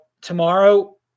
tomorrow